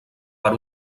per